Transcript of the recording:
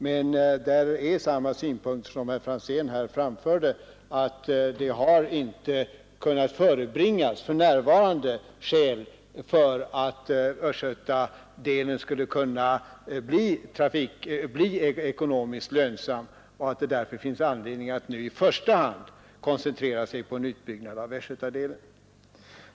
Men jag har där samma synpunkt som den herr Franzén här framförde, att det för närvarande inte kunnat förebringas skäl för att östgötadelen skulle bli ekonomiskt lönsam och att det därför finns anledning att nu i första hand koncentrera sig på en utbyggnad av västgötadelen.